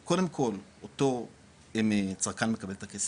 זה שקודם כל אותו צרכן מקבל את הכסף,